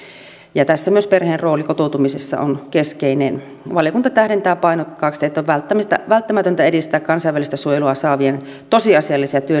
ja tässä myös perheen rooli kotoutumisessa on keskeinen valiokunta tähdentää painokkaasti että on välttämätöntä edistää kansainvälistä suojelua saavien tosiasiallisia